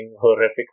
horrific